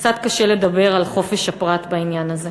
קצת קשה לדבר על חופש הפרט בעניין הזה.